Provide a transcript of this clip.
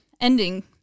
ending